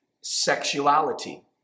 sexuality